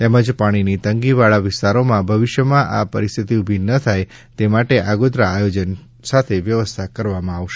તેમજ પાણીની તંગી વાળા વિસ્તારોમાં ભવિષ્યમાં આ પરિસ્થિતિ ઉભી ન થાય તે માટે આગોતરા આયોજન સાથે વ્યવસ્થા કરવામાં આવશે